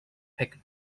pick